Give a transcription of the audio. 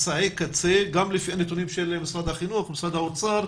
גם לפי הנתונים של משרד החינוך ומשרד האוצר